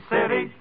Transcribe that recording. City